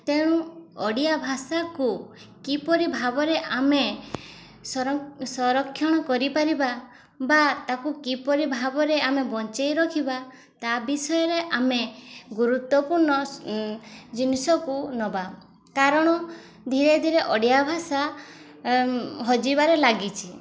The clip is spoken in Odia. ତେଣୁ ଓଡ଼ିଆ ଭାଷାକୁ କିପରି ଭାବରେ ଆମେ ସଂରକ୍ଷଣ କରିପାରିବା ବା ତା'କୁ କିପରି ଭାବରେ ଆମେ ବଞ୍ଚେଇ ରଖିବା ତା ବିଷୟରେ ଆମେ ଗୁରୁତ୍ୱପୂର୍ଣ୍ଣ ଜିନିଷକୁ ନେବା କାରଣ ଧୀରେ ଧୀରେ ଓଡ଼ିଆ ଭାଷା ହଜିବାରେ ଲାଗିଛି